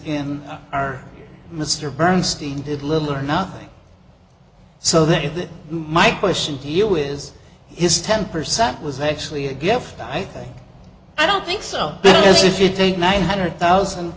in our mr bernstein did little or nothing so that my question to you is his ten percent was actually again i think i don't think so because if you take nine hundred thousand